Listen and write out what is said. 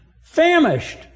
famished